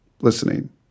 listening